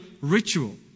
ritual